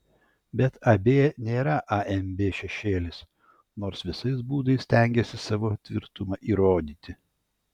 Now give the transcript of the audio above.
bet ab tėra amb šešėlis nors visais būdais stengiasi savo tvirtumą įrodyti